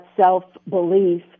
self-belief